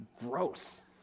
gross